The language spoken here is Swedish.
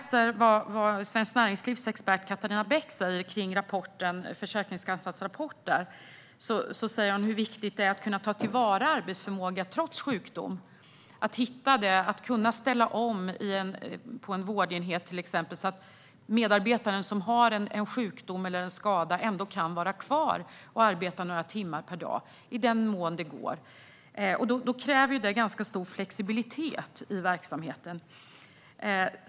Svenskt Näringslivs expert Catharina Bäck talar, angående Försäkringskassans rapport, om hur viktigt det är att kunna ta till vara arbetsförmåga trots sjukdom, att kunna ställa om till exempel på en vårdenhet så att en medarbetare som har en sjukdom eller skada ändå kan vara kvar och arbeta några timmar per dag i den mån det går. Det kräver ganska stor flexibilitet i verksamheten.